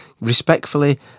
respectfully